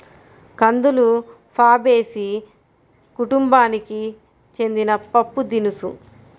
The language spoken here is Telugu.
కందులు ఫాబేసి కుటుంబానికి చెందిన పప్పుదినుసు